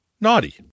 Naughty